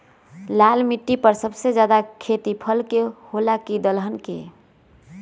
लाल मिट्टी पर सबसे ज्यादा खेती फल के होला की दलहन के?